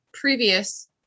Previous